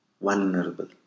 vulnerable